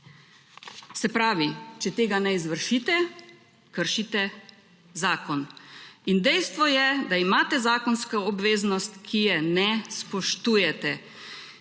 Se pravi, če tega ne izvršite, kršite zakon in dejstvo je, da imate zakonsko obveznost, ki je ne spoštujete.